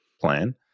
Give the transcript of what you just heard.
plan